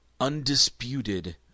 undisputed